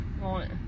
right